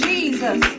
Jesus